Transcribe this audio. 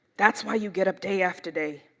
that's why you get up day after day,